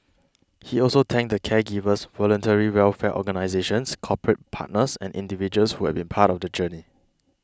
he also thanked the caregivers voluntary welfare organisations corporate partners and individuals who have been part of the journey